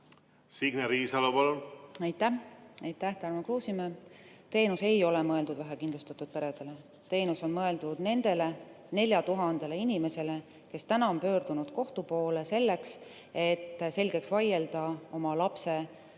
Signe Riisalo, palun! Aitäh! Aitäh, Tarmo Kruusimäe! Teenus ei ole mõeldud vähekindlustatud peredele. Teenus on mõeldud nendele 4000 inimesele, kes on pöördunud kohtu poole selleks, et selgeks vaielda oma lapse